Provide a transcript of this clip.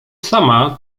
sama